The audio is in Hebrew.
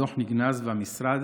הדוח נגנז והמשרד